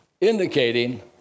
indicating